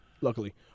Luckily